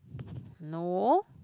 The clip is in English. no